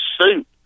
suit